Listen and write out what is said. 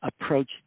approach